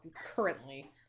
currently